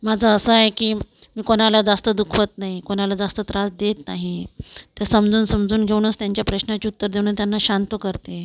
माझं असं आहे की मी कोणाला जास्त दुखवत नाही कोणाला जास्त त्रास देत नाही तर समजून समजून घेऊनच त्यांच्या प्रश्नांचे उत्तर देऊन त्यांना शांत करते